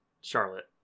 Charlotte